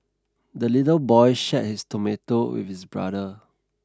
the little boy shared his tomato with his brother